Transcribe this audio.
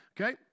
Okay